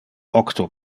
octo